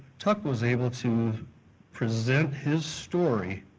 tuck was able to present his story,